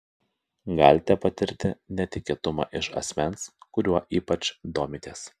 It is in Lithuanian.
galite patirti netikėtumą iš asmens kuriuo ypač domitės